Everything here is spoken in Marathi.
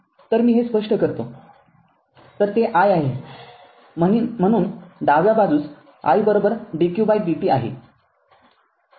तर मी हे स्पष्ट करतो तर ते i आहे म्हणून डाव्या बाजूस i dqdt आहे